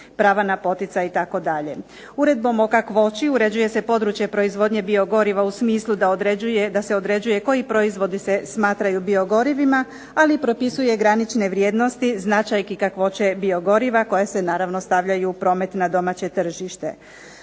prava na poticaj, itd. Uredbom o kakvoći uređuje se područje proizvodnje biogoriva u smislu da se određuje koji proizvodi se smatraju biogoriva, ali i propisuje granične vrijednosti značajki i kakvoće biogoriva, koja se naravno stavljaju u promet na domaće tržište.